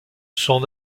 son